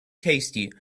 tasty